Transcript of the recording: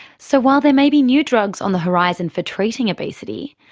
so while there may be new drugs on the horizon for treating obesity,